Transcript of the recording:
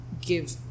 give